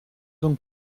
donc